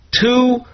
two